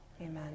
Amen